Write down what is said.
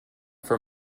for